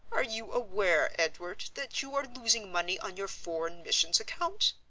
are you aware, edward, that you are losing money on your foreign missions account?